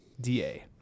DA